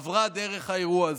מדינת ישראל עברה דרך האירוע הזה,